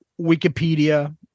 Wikipedia